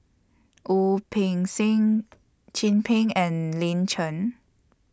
Wu Peng Seng Chin Peng and Lin Chen